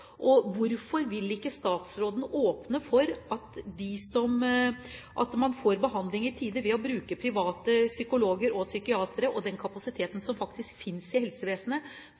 Hvorfor vil ikke statsråden åpne for at man får behandling i tide, ved å bruke private psykologer og psykiatere og den kapasiteten som faktisk finnes i helsevesenet,